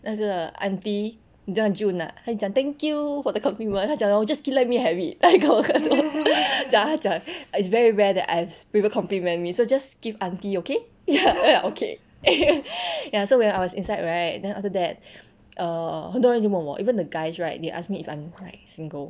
那个 aunty 你知道 june ah 她就讲 thank you for the compliment 她讲 hor 我就 讲她讲 is very rare that I've people compliment me so just give aunty okay then 她讲 okay ya so when I was inside right then after that err 很多人已经问我 even the guys right they ask me if I'm like single